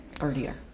earlier